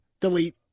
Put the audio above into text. Delete